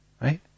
right